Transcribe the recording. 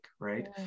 Right